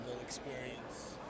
experience